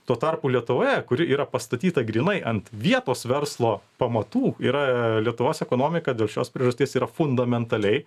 tuo tarpu lietuvoje kuri yra pastatyta grynai ant vietos verslo pamatų yra lietuvos ekonomika dėl šios priežasties yra fundamentaliai